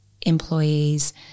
employees